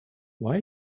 why